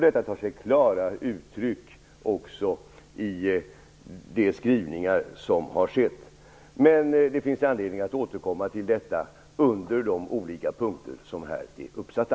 Detta tar sig klara uttryck även i de skrivningar som har gjorts. Det finns anledning att återkomma till detta under de olika punkter som här är uppsatta.